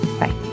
Bye